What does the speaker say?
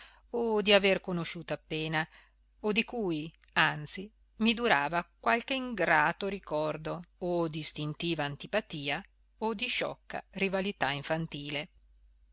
o di aver conosciuto appena o di cui anzi mi durava qualche ingrato ricordo o d'istintiva antipatia o di sciocca rivalità infantile